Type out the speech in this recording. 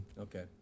Okay